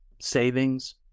savings